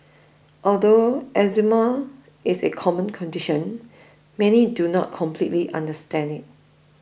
although eczema is a common condition many do not completely understand it